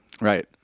right